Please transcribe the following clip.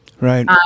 Right